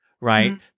Right